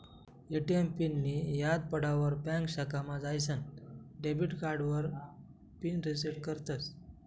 ATM पिननीं याद पडावर ब्यांक शाखामा जाईसन डेबिट कार्डावर पिन रिसेट करतस